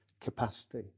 capacity